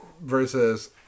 versus